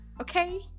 okay